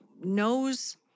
knows